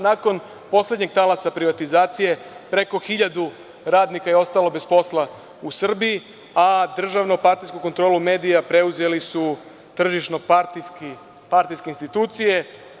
Nakon poslednjih talasa privatizacije preko hiljadu radnika je ostalo bez posla u Srbiji, a državno-partijsku kontrolu medija preuzeli su tržišno-partijske institucije.